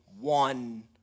one